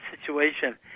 situation